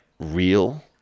real